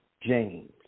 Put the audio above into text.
James